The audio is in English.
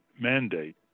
mandate